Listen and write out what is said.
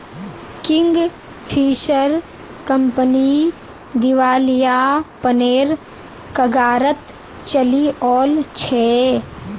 Kingfisher company दिवालियापनेर कगारत चली ओल छै